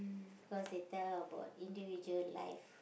because they tell about individual life